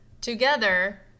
together